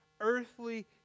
earthly